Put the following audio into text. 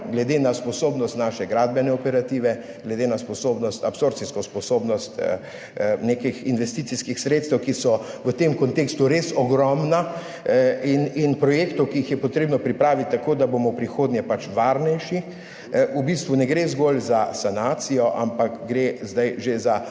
glede na sposobnost naše gradbene operative, glede na absorpcijsko sposobnost nekih investicijskih sredstev, ki so v tem kontekstu res ogromna, in projektov, ki jih je potrebno pripraviti tako, da bomo v prihodnje pač varnejši. V bistvu ne gre zgolj za sanacijo, ampak gre zdaj že za